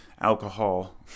alcohol